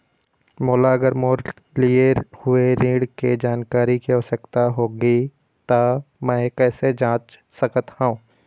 मोला अगर मोर लिए हुए ऋण के जानकारी के आवश्यकता होगी त मैं कैसे जांच सकत हव?